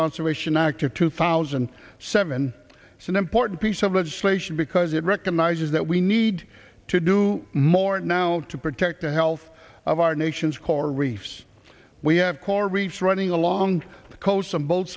conservation act of two thousand and seven and it's an important piece of legislation because it recognizes that we need to do more now to protect the health of our nation's coral reefs we have coral reefs running along the coast on both